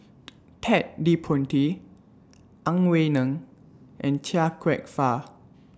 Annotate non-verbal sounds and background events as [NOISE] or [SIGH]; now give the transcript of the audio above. [NOISE] Ted De Ponti Ang Wei Neng and Chia Kwek Fah